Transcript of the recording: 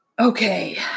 Okay